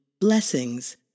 blessings